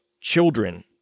children